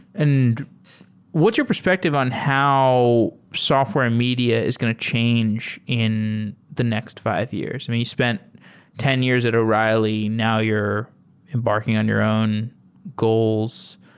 and what's your perspective on how software media is going to change in the next five years? i mean, you spent ten years at o'reilly. now you're embarking on your own goals.